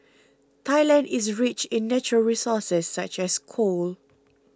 Thailand is rich in natural resources such as coal